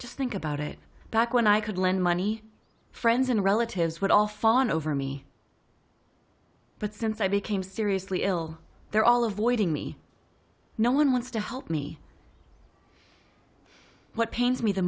just think about it back when i could lend money friends and relatives would off on over me but since i became seriously ill there all of waiting me no one wants to help me what pains me the